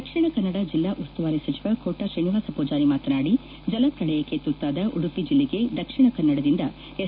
ದಕ್ಷಿಣಕನ್ನಡ ಜೆಲ್ಲಾ ಉಸ್ತುವಾರಿ ಸಚಿವ ಕೋಟ ಶ್ರೀನಿವಾಸ ಪೂಜಾರಿ ಮಾತನಾಡಿ ಜಲಪ್ರಳಯಕ್ಕೆ ತುತ್ತಾದ ಉಡುಪಿ ಜಿಲ್ಲೆಗೆ ದಕ್ಷಿಣ ಕನ್ನಡದಿಂದ ಎಸ್